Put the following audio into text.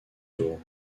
tours